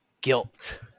guilt